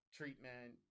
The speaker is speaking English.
treatment